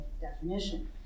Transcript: definition